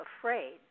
afraid